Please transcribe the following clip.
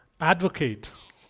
Advocate